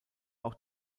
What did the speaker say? auch